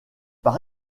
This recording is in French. par